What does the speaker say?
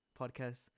podcast